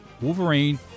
Wolverine